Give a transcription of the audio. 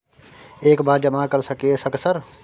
एक बार जमा कर सके सक सर?